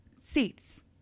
seats